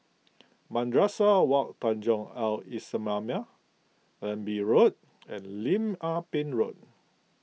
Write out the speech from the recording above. Madrasah Wak Tanjong Al Islamiah Allenby Road and Lim Ah Pin Road